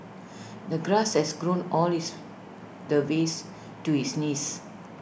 the grass has grown all this the ways to his knees